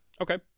Okay